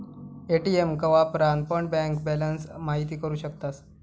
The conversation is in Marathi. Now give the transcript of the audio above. ए.टी.एम का वापरान पण बँक बॅलंस महिती करू शकतास